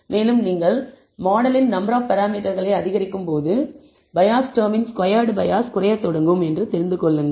மேலும் நீங்கள் மாடலின் நம்பர் ஆப் பராமீட்டர்களை அதிகரிக்கும் போது பயாஸ் டெர்மின் ஸ்கொயர்ட் பயாஸ் குறையத் தொடங்கும் தெரிந்து கொள்ளுங்கள்